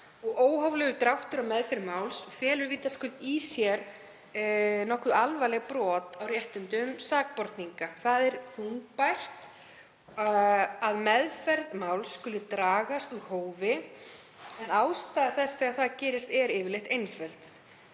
og óhóflegur dráttur á meðferð máls felur vitaskuld í sér nokkuð alvarleg brot á réttindum sakborninga. Það er þungbært að meðferð máls skuli dragast úr hófi en ástæða þess að það gerist er yfirleitt einföld.